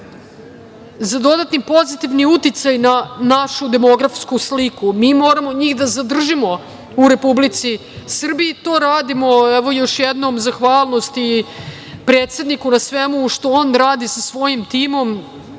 za dodatni pozitivni uticaj na našu demografsku sliku. Mi moramo njih da zadržimo u Republici Srbiji. To radimo, evo još jednom zahvalnost i predsedniku na svemu što on radi sa svojim timom